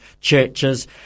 churches